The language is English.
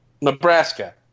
Nebraska